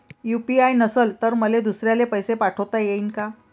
UPI नसल तर मले दुसऱ्याले पैसे पाठोता येईन का?